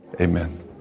Amen